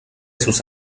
sus